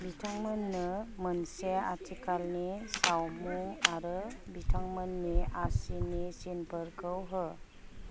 बिथांमोननो मोनसे आथिखालनि सावमु आरो बिथांमोननि आसिनि सिनफोरखौ हो